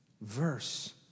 Verse